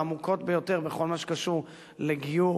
העמוקות ביותר בכל מה שקשור לגיור,